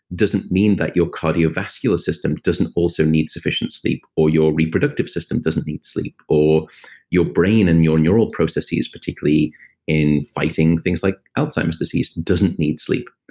doesn't mean that your cardiovascular system doesn't also need sufficient sleep, or your reproductive system doesn't need sleep, or your brain and your neural processes, particularly in fighting things like alzheimer's disease, and doesn't need sleep.